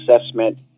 assessment